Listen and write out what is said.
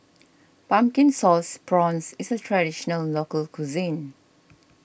Pumpkin Sauce Prawns is a Traditional Local Cuisine